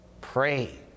pray